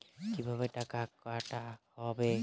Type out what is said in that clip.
কিভাবে টাকা কাটা হবে?